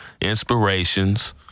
Inspirations